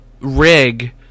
rig